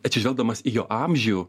atsižvelgdamas į jo amžių